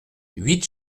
huit